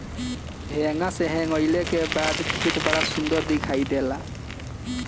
हेंगा से हेंगईले के बाद खेत बड़ा सुंदर दिखाई देला